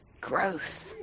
Growth